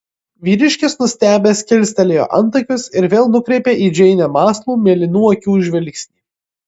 vyriškis nustebęs kilstelėjo antakius ir vėl nukreipė į džeinę mąslų mėlynų akių žvilgsnį